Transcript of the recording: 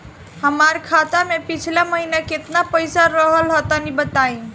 हमार खाता मे पिछला महीना केतना पईसा रहल ह तनि बताईं?